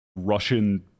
Russian